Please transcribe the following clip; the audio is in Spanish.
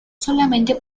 solamente